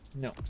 No